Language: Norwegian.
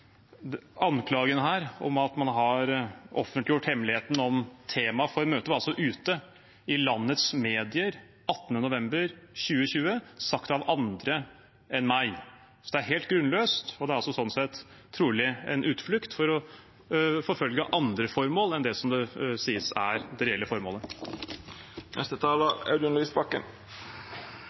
anklagen om at man har offentliggjort en hemmelighet: Temaet for møtet var kommet ut i landets medier den 18. november 2020, sagt av andre enn meg. Så det er helt grunnløst, og det er også trolig en utflukt for å forfølge andre formål enn det som blir sagt å være det reelle